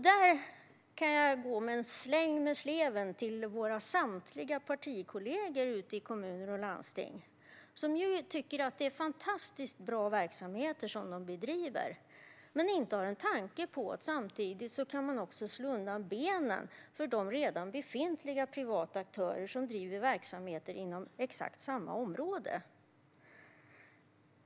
Där ger jag en släng av sleven till våra samtliga partikollegor ute i kommuner och landsting som tycker att de bedriver fantastiskt bra verksamheter men inte har en tanke på att de samtidigt kan slå undan benen för befintliga privata aktörer som bedriver verksamheter inom exakt samma område.